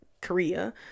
Korea